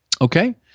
Okay